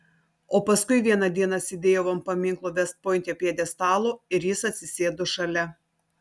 o paskui vieną dieną sėdėjau ant paminklo vest pointe pjedestalo ir jis atsisėdo šalia